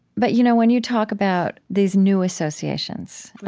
but you know when you talk about these new associations,